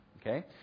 okay